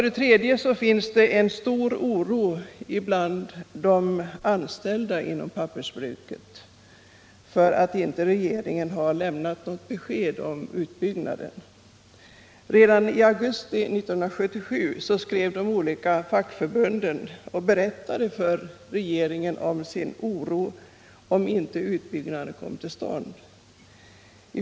Det tredje skälet är att det råder stor oro bland de anställda inom pappersbruket därför att regeringen inte har lämnat något besked om utbyggnaden. Redan i augusti 1977 skrev de olika fackförbunden och berättade för regeringen om sin oro för vad som skulle hända om inte utbyggnaden kommer till stånd.